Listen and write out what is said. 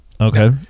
Okay